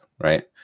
right